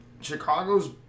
Chicago's